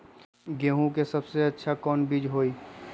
गेंहू के सबसे अच्छा कौन बीज होई?